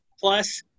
plus